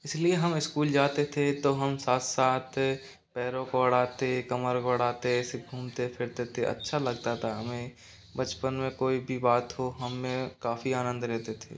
इसलिए हम स्कूल जाते थे तो हम साथ साथ पैरों को अड़ाते कमर को अड़ाते सिर्फ़ घूमते फिरते थे अच्छा लगता था हमें बचपन में कोई भी बात हो हम काफ़ी आनंद लेते थे